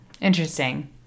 interesting